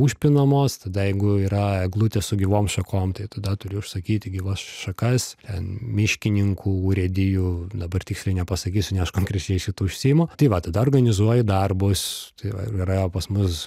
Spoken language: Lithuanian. užpinamos tada jeigu yra eglutė su gyvom šakom tai tada turi užsakyti gyvas šakas ten miškininkų urėdijų dabar tiksliai nepasakysiu ne aš konkrečiai šitu užsiimu tai va tada organizuoji darbus tai va yra pas mus